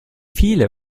viele